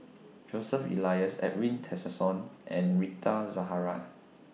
Joseph Elias Edwin Tessensohn and Rita Zahara